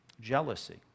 jealousy